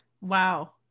Wow